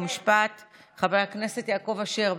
חוק ומשפט חבר הכנסת יעקב אשר,